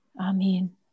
Amen